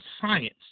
science